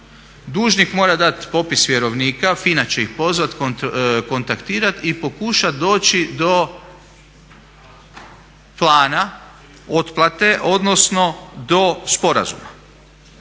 Dužnik mora dat popis vjerovnika, FINA će ih pozvat, kontaktirat i pokušat doći do plana otplate odnosno do sporazuma.